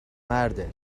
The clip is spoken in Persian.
مرده